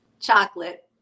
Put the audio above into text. chocolate